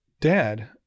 dad